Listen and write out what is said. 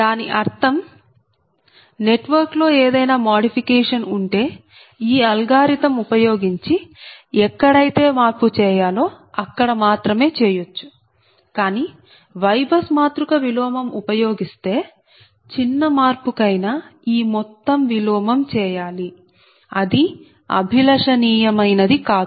దాని అర్థం నెట్వర్క్ లో ఏదైనా మాడిఫికేషన్ ఉంటే ఈ అల్గోరిథం ఉపయోగించి ఎక్కడ అయితే మార్పు చేయాలో అక్కడ మాత్రమే చేయొచ్చు కానీ YBUS మాతృక విలోమం ఉపయోగిస్తే చిన్న మార్పు కైనా ఈ మొత్తం విలోమం చేయాలి అది అభిలషణీయమైనది కాదు